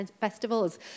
festivals